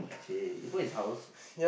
!chey! you go his house